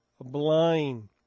blind